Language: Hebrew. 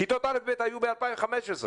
כיתות א'-ב' היו ב-2015,